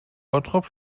bottrop